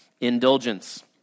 indulgence